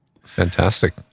Fantastic